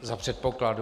Za předpokladu